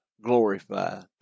glorified